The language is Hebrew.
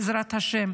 בעזרת השם,